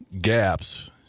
gaps